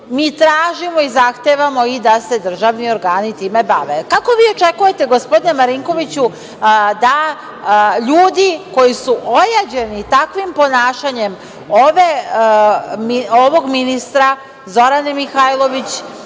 Mi tražimo i zahtevamo i da se državni organi time bave. Kako vi očekujete, gospodine Marinkoviću, da ljudi koji su ojađeni takvim ponašanjem ovog ministra, Zorane Mihajlović,